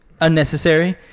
unnecessary